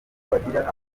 bagira